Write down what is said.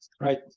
Right